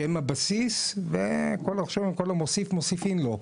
שהן הבסיס, וכמו שאומרים, "כל המוסיף מוסיפים לו".